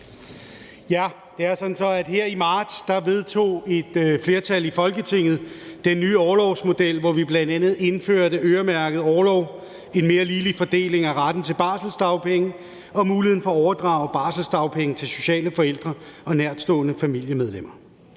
Tak. Det er sådan, at et flertal i Folketinget her i marts vedtog den nye orlovsmodel, hvor vi bl.a. indførte øremærket orlov, en mere ligelig fordeling af retten til barselsdagpenge og muligheden for at overdrage barselsdagpenge til sociale forældre og nærtstående familiemedlemmer.